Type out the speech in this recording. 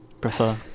prefer